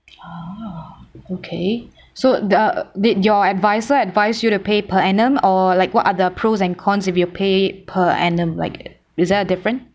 oh okay so the uh did your advisor advise you to pay per annum or like what are the pros and cons if you pay per annum like is there a difference